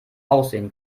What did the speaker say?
aussehen